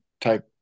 type